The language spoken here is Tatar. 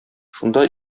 шунда